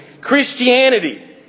Christianity